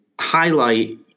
highlight